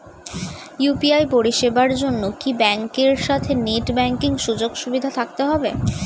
UPI পরিষেবার জন্য কি ব্যাংকের সাথে নেট ব্যাঙ্কিং সুযোগ সুবিধা থাকতে হবে?